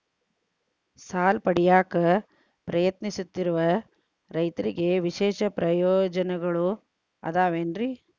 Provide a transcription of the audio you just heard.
ಸಾಲ ಪಡೆಯಾಕ್ ಪ್ರಯತ್ನಿಸುತ್ತಿರುವ ರೈತರಿಗೆ ವಿಶೇಷ ಪ್ರಯೋಜನಗಳು ಅದಾವೇನ್ರಿ?